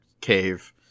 cave